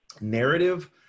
narrative